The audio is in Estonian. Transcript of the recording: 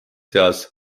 seas